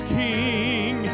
king